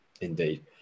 indeed